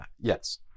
Yes